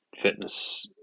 fitness